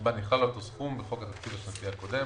שבה נכלל אותו סכום בחוק התקציב השנתי הקודם.